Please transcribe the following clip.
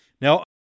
Now